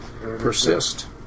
persist